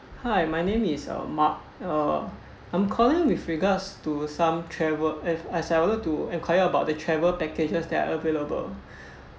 hi my name is um mark uh I'm calling with regards to some travel as as I wanted to enquire about the travel packages that are available